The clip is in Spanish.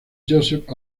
joseph